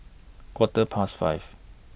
Quarter Past five